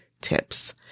tips